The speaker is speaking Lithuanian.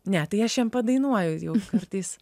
ne tai aš jiem padainuoju jau kartais